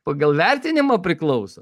pagal vertinimą priklauso